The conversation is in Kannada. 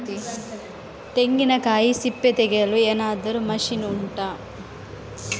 ತೆಂಗಿನಕಾಯಿ ಸಿಪ್ಪೆ ತೆಗೆಯಲು ಏನಾದ್ರೂ ಮಷೀನ್ ಉಂಟಾ